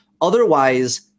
Otherwise